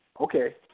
okay